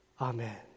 Amen